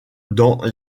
dans